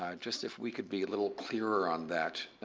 um just if we can be a little clearer on that.